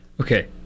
Okay